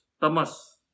Tamas